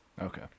Okay